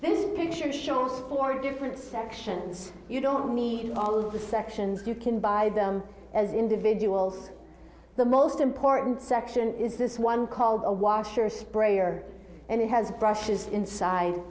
this picture shows four different sections you don't need all of the sections you can buy them as individuals the most important section is this one called a washer sprayer and it has brushes inside